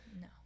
No